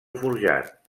forjat